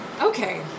Okay